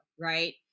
right